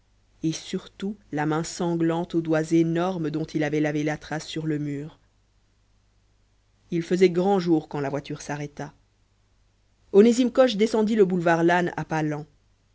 et surtout la main sanglante aux doigts énormes dont il avait lavé la trace sur le mur il faisait grand jour quand la voiture s'arrêta onésime coche descendit le boulevard lannes à pas